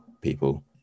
people